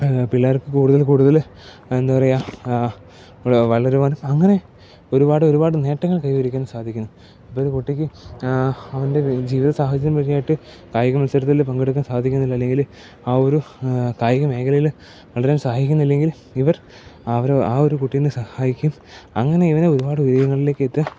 പിള്ളേർക്ക് കൂടുതൽ കൂടുതല് എന്താ പറയുക വളരുവാൻ അങ്ങനെ ഒരുപാട് ഒരുപാട് നേട്ടങ്ങൾ കൈവരിക്കാൻ സാധിക്കുന്നു ഒരു കുട്ടിക്ക് അവൻ്റെ ജീവിത സാഹചര്യം വഴിയായിട്ട് കായികമത്സരത്തിൽ പങ്കെടുക്കാൻ സാധിക്കുന്നില്ല അല്ലെങ്കില് ആ ഒരു കായിക മേഖലയില് വളരാൻ സഹായിക്കുന്നില്ലെങ്കിൽ ഇവർ ആ ഒരു ആ ഒരു കുട്ടിനെ സഹായിക്കും അങ്ങനെ ഇവനെ ഒരുപാട് ഉയരങ്ങളിലേക്ക് എത്തും